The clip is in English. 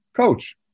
Coach